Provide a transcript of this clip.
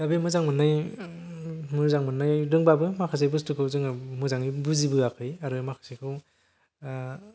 दा मोजां मोननाय मोजां मोनदोंब्लाबो माखासे बसथुफोरखौ मोजाङै बुजिबोआखै आरो माखासेखौ